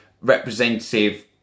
representative